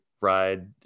ride